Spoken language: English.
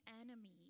enemy